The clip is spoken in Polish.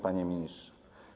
Panie Ministrze!